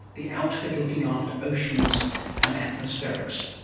the outfit looking after oceans and atmospherics.